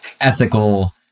ethical